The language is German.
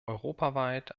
europaweit